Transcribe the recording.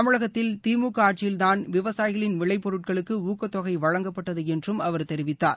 தமிழகத்தில் திமுக ஆட்சியில்தான் விவசாயிகளின் விளைப் பொருட்களுக்கு ஊக்கதொகை வழங்கப்பட்டது என்றும் அவர் தெரிவித்தார்